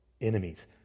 enemies